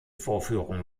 vorführung